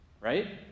Right